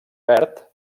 verd